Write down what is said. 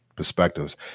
Perspectives